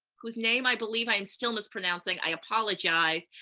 whose name i believe i'm still mispronouncing, i apologize,